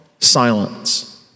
silence